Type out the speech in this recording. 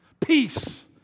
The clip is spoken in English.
peace